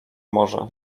morze